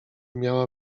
miała